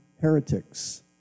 heretics